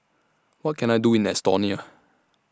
What Can I Do in Estonia